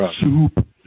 Soup